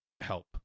help